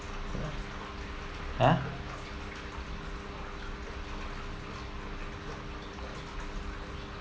!huh!